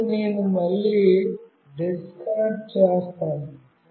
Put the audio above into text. ఇప్పుడు నేను మళ్ళీ డిస్కనెక్ట్ చేస్తాను